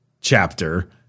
chapter